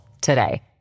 today